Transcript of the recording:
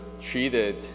treated